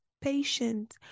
patient